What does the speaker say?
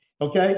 okay